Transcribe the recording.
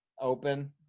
open